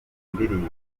indirimbo